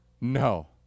No